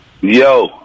Yo